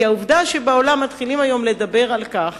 כי העובדה שבעולם מתחילים היום לדבר על כך